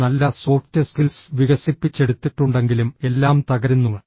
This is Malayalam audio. നിങ്ങൾ നല്ല സോഫ്റ്റ് സ്കിൽസ് വികസിപ്പിച്ചെടുത്തിട്ടുണ്ടെങ്കിലും എല്ലാം തകരുന്നു